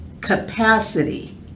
capacity